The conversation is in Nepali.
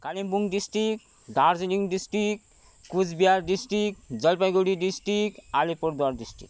Kalimpong district Darjeeling district Coochbehar district Jalpaiguri district Alipurduar district